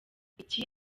iki